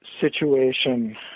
situation